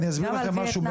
אני אגיד לכם משהו.